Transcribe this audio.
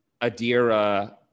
Adira